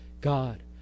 God